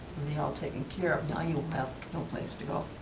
be all taken care of. now you will have no place to go.